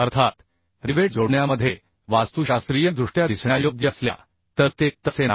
अर्थात रिवेट जोडण्यामधे वास्तूशास्त्रीयदृष्ट्या दिसण्यायोग्य असल्या तर ते तसे नाही